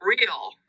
real